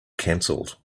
cancelled